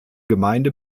gemeinde